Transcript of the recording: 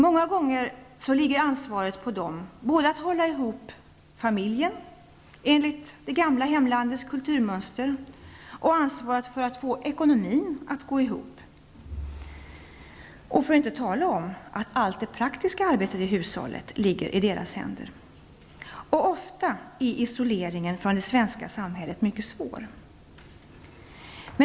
Många gånger ligger på dem både ansvaret för att hålla ihop familjen enligt det gamla hemlandets kulturmönster och ansvaret för att få ekonomin att gå ihop. För att inte tala om att allt det praktiska arbetet i hushållet ligger i deras händer. Ofta är isoleringen från det svenska samhället mycket svår.